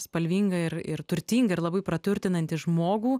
spalvinga ir ir turtinga ir labai praturtinanti žmogų